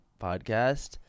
podcast